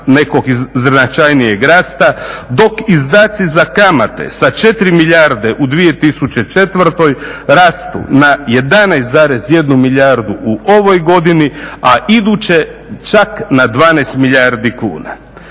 nekog značajnijeg rasta, dok izdaci za kamate sa 4 milijarde u 2004. rastu na 11,1 milijardu u ovoj godini, a iduće čak na 12 milijardi kuna.